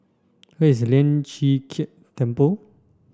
where is Lian Chee Kek Temple